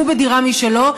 הוא בדירה משלו,